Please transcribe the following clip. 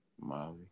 Molly